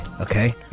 okay